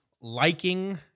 liking